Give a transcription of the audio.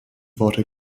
worte